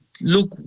look